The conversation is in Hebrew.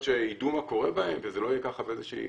שיידעו מה קורה בהן וזה לא יהיה ככה באיזה שהיא